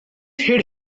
hid